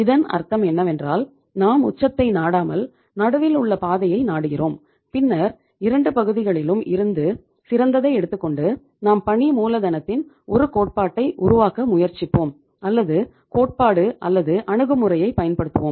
இதன் அர்த்தம் என்னவென்றால் நாம் உச்சத்தை நாடாமல் நடுவில் உள்ள பாதையை நாடுகிறோம் பின்னர் இரண்டு பகுதிகளிலும் இருந்து சிறந்ததை எடுத்துக்கொண்டு நாம் பணி மூலதனத்தின் ஒரு கோட்பாட்டை உருவாக்க முயற்சிப்போம் அல்லது கோட்பாடு அல்லது அணுகுமுறையைப் பயன்படுத்துவோம்